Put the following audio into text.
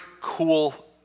cool